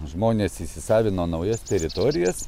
žmonės įsisavino naujas teritorijas